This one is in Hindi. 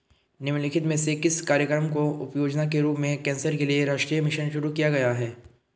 निम्नलिखित में से किस कार्यक्रम को उपयोजना के रूप में कैंसर के लिए राष्ट्रीय मिशन शुरू किया गया है?